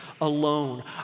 alone